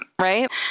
right